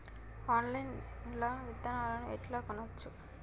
Online లా విత్తనాలను ఎట్లా కొనచ్చు?